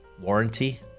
Warranty